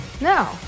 No